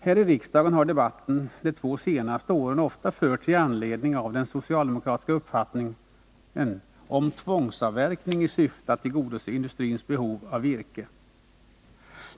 Här i riksdagen har debatten de två senaste åren ofta förts i anledning av den socialdemokratiska uppfattningen om tvångsavverkning i syfte att tillgodose industrins behov av virke.